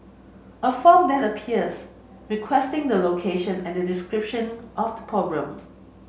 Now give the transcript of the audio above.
a form then appears requesting the location and a description of the problem